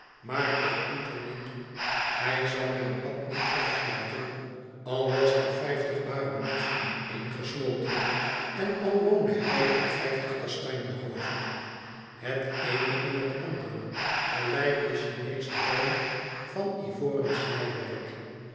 maar dat doet er niet toe hij zal mijn pad niet afsluiten al was hij vijftig baronets ineengesmolten en al woonde hij op vijftig kastanje hoven het eene in het andere gelijk de chineesche ballen van ivoren snijwerk